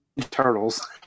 Turtles